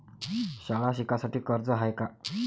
शाळा शिकासाठी कर्ज हाय का?